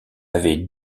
avait